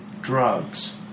drugs